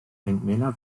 denkmäler